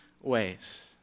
ways